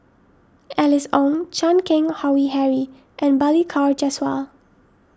Alice Ong Chan Keng Howe Harry and Balli Kaur Jaswal